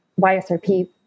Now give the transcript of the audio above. YSRP